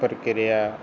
ਪ੍ਰਕਿਰਿਆ